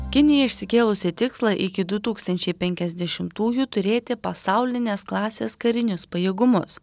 kinija išsikėlusi tikslą iki du tūkstančiai penkiasdešimtųjų turėti pasaulinės klasės karinius pajėgumus